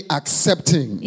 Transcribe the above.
accepting